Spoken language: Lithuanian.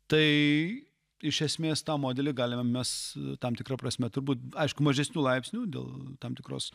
tai iš esmės tą modelį galima mes tam tikra prasme turbūt aišku mažesniu laipsniu dėl tam tikros